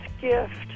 gift